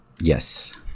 Yes